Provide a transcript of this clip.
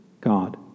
God